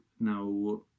now